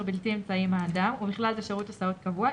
בלתי אמצעי עם האדם ובכלל זה שירות הסעות קבוע,